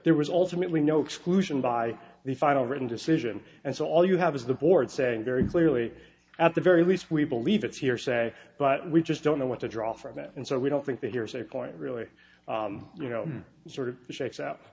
there was ultimately no exclusion by the final written decision and so all you have is the board saying very clearly at the very least we believe it's hearsay but we just don't know what to draw from it and so we don't think that here is a point really you know sort of shakes